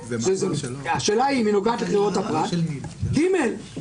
כי נכתוב לו את זה בחוק אז הוא ידע למרות שהסטנדרט